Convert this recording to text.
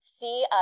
see